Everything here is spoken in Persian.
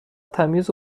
تمیز